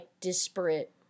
disparate